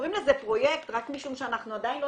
קוראים לזה פרויקט רק משום שאנחנו עדיין לא